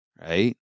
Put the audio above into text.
Right